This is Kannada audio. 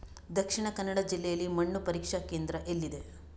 ದಕ್ಷಿಣ ಕನ್ನಡ ಜಿಲ್ಲೆಯಲ್ಲಿ ಮಣ್ಣು ಪರೀಕ್ಷಾ ಕೇಂದ್ರ ಎಲ್ಲಿದೆ?